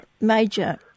major